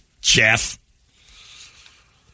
Jeff